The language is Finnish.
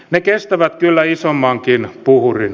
ne kestävät kyllä isommankin puhurin